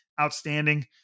outstanding